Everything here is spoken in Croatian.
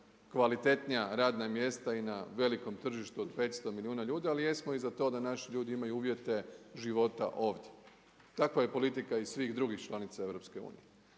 kvalitetnija radna mjesta i na velikom tržištu od 500 milijuna ljudi, ali jesmo i za to da naši ljudi imaju uvjete života ovdje. Takva je politika i svih drugih članica EU.